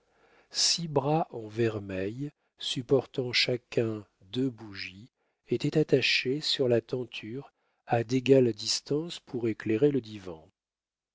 six bras en vermeil supportant chacun deux bougies étaient attachés sur la tenture à d'égales distances pour éclairer le divan